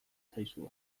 zaizue